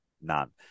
none